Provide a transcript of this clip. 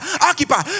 occupy